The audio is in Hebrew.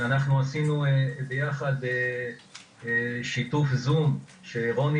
ואנחנו עשינו ביחד שיתוף זום שרוני